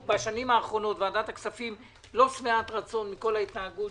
בשנים האחרונות ועדת הכספים לא שבעת רצון מכל ההתנהלות